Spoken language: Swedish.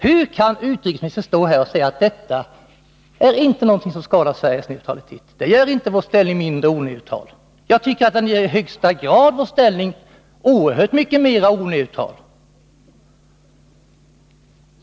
Hur kan utrikesministern säga att det inte skadar Sveriges neutralitet, att det inte gör vår ställning mindre neutral? Jag tycker att det i högsta grad gör vår ställning mera oneutral.